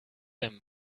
them